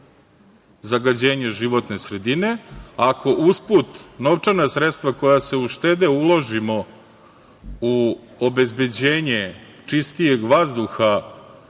zagađenje životne sredine ako usput novčana sredstva, koja se uštede, uložimo u obezbeđenje čistijeg vazduha,